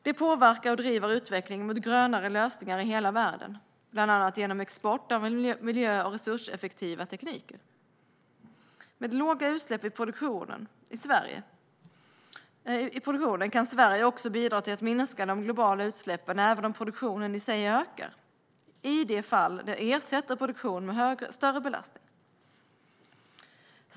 Det påverkar och driver utvecklingen mot grönare lösningar i hela världen, bland annat genom export av miljö och resurseffektiva tekniker. Med låga utsläpp i produktionen kan Sverige också bidra till att minska de globala utsläppen även om produktionen i sig ökar, i de fall den ersätter produktion med större belastning.